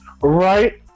Right